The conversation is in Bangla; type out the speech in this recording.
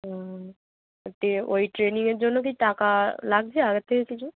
ও ওই টে ওই ট্রেনিংয়ের জন্য কি টাকা লাগছে আগের থেকে কিছু